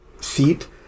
seat